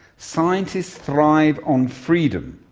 scientists thrive on freedom.